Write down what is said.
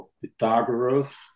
Pythagoras